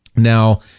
Now